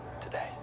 today